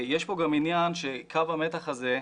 יש פה גם עניין שקו המתח הזה,